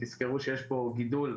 תזכרו שיש פה גידול,